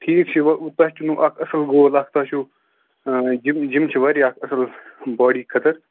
ٹھیٖک چھُ وۅنۍ تۄہہِ تہِ نِیٛوٗوٕ اکھ اَصٕل گول اکھ تۄہہِ چھُو جِم جِم چھِ واریاہ اَصٕل باڑی خٲطر